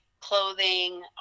clothing